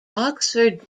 oxford